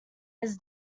his